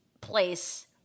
place